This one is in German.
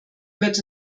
wird